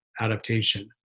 adaptation